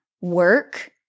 work